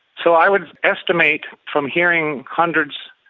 so i would estimate, from hearing hundreds,